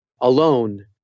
alone